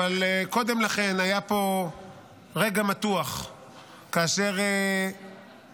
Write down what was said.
אבל קודם לכן היה פה רגע מתוח כאשר חברים